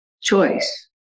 choice